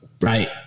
right